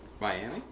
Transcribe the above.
Miami